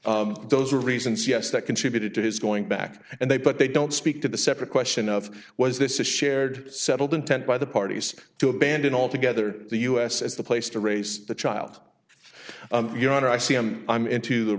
those are reasons yes that contributed to his going back and they but they don't speak to the separate question of was this a shared settled intent by the parties to abandon altogether the us as the place to raise the child your honor i see him i'm into